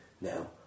now